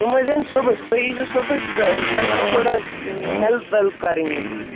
تِم حظ اِن صُبحَس تُہۍ ییٖزیو صُبحَس تہٕ تۄہہِ چھِ تھوڑا ہٮ۪لٕپ وٮ۪لٕپ کَرٕنۍ ییٚتہِ